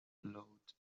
load